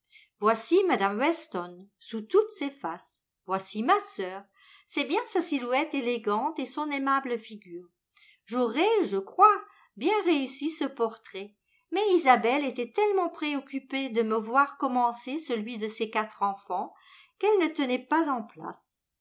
voici mme weston sous toutes ses faces voici ma sœur c'est bien sa silhouette élégante et son aimable figure j'aurais je crois bien réussi ce portrait mais isabelle était tellement préoccupée de me voir commencer celui de ses quatre enfants qu'elle ne tenait pas en place